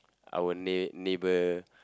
our neigh~ neighbour